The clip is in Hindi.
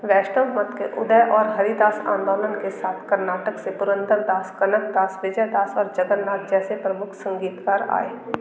वैष्णव मत के उदय और हरिदास आंदोलन के साथ कर्नाटक से पुरंदरदास कनकदास विजयदास और जगन्नाथ जैसे प्रमुख संगीतकार आए